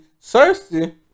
Cersei